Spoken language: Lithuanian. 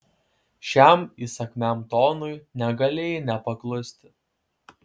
šiam įsakmiam tonui negalėjai nepaklusti